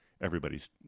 everybody's